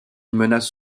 menace